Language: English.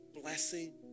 blessing